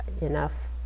enough